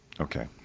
Okay